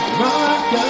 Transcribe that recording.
rock